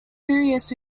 furious